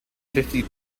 fifty